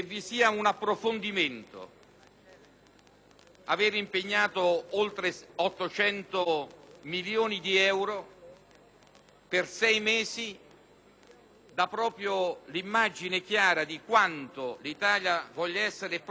Avere impegnato oltre 800 milioni di euro per sei mesi dà proprio l'immagine chiara di quanto l'Italia voglia essere protagonista, così come lo è,